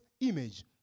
image